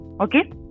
okay